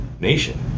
nation